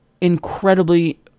incredibly